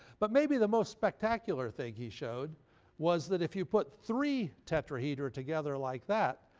but maybe the most spectacular thing he showed was that if you put three tetrahedra together like that,